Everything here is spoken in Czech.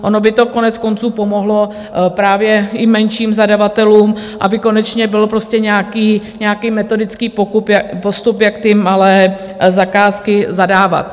Ono by to koneckonců pomohlo právě i menším zadavatelům, aby konečně byl prostě nějaký metodický postup, jak malé zakázky zadávat.